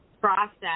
process